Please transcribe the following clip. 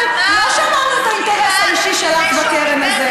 לא שמענו את האינטרס האישי שלך בקרן.